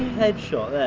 headshot there.